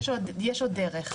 יש עוד דרך.